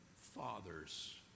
fathers